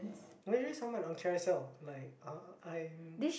maybe someone on carousell like uh I'm